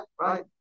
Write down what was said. right